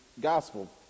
gospel